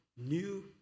New